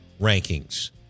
rankings